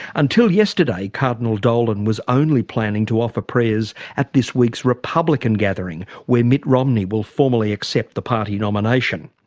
until yesterday, cardinal dolan was only planning to offer prayers at this week's republican gathering, where mitt romney will formally accept the party nomination.